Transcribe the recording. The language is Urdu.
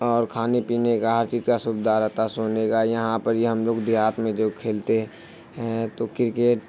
اور کھانے پینے کا ہر چیز کا سویدھا رہتا سونے کا یہاں پر ہی ہم لوگ دیہات میں جو کھیلتے ہیں تو کرکٹ